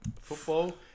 football